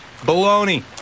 Baloney